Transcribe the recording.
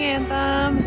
Anthem